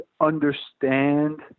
understand